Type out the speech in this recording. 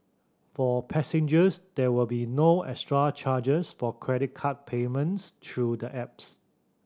for passengers there will be no extra charges for credit card payments through the apps